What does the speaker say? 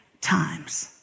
times